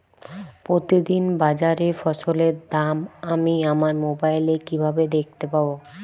প্রতিদিন বাজারে ফসলের দাম আমি আমার মোবাইলে কিভাবে দেখতে পাব?